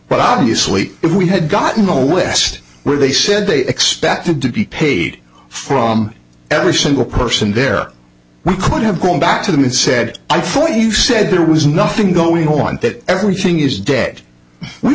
but obviously if we had gotten a list where they said they expected to be paid from every single person there we could have gone back to them and said i thought you said there was nothing going on that everything is dead we